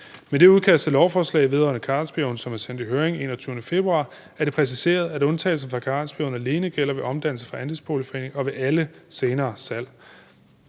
Med det udkast til lovforslag vedrørende karensperioden, som er sendt i høring den 21. februar, er det præciseret, at undtagelse fra karensperioden alene gælder ved omdannelse fra andelsboligforening og ved alle senere salg.